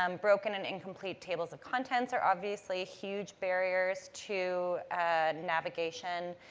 um broken and incomplete tables of contents are obviously huge barriers to navigation.